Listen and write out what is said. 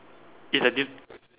it's like this